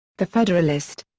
the federalist.